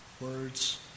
Words